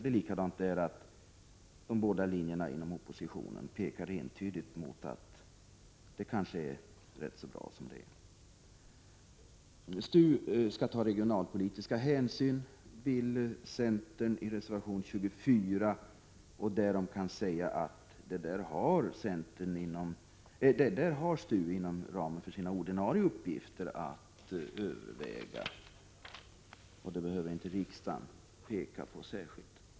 Det är likadant i det här fallet: de båda linjerna inom oppositionen pekar entydigt mot att det kanske är ganska bra som det är. STU bör ta regionalpolitiska hänsyn, framför centern i reservation 24. Därom kan sägas att STU inom ramen för sina ordinarie uppgifter har att beakta sådana hänsyn och att riksdagen härför inte behöver särskilt peka på detta.